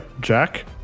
Jack